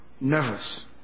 nervous